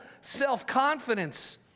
self-confidence